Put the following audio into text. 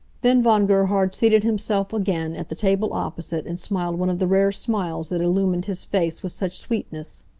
then von gerhard seated himself again at the table opposite and smiled one of the rare smiles that illumined his face with such sweetness.